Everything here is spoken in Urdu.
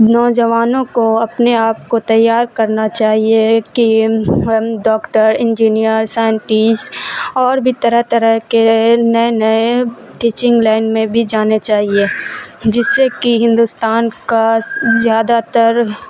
نوجوانوں کو اپنے آپ کو تیار کرنا چاہیے کہ ہم ڈاکٹر انجینئر سائنٹسٹ اور بھی طرح طرح کے نئے نئے ٹیچنگ لائن میں بھی جانے چاہئیں جس سے کہ ہندوستان کا زیادہ تر